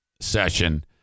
session